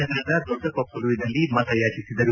ನಗರದ ದೊಡ್ಡ ಕೊಪ್ಪಲುವಿನಲ್ಲಿ ಮತಯಾಚಿಸಿದರು